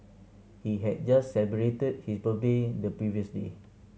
he had just celebrated his birthday the previous day